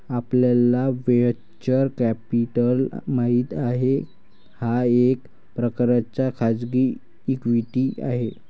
आपल्याला venture capital माहित आहे, हा एक प्रकारचा खाजगी इक्विटी आहे